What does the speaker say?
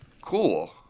Cool